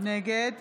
נגד